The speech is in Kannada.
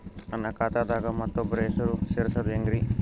ನನ್ನ ಖಾತಾ ದಾಗ ಮತ್ತೋಬ್ರ ಹೆಸರು ಸೆರಸದು ಹೆಂಗ್ರಿ?